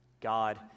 God